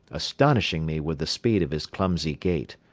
astonishing me with the speed of his clumsy gait.